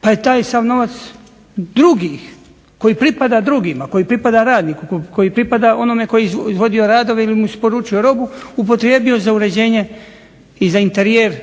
pa je taj sav novac koji pripada drugima koji pripada radniku, koji pripada onome tko je izvodio radove ili mu isporučio robu upotrijebio za uređenje i za interijer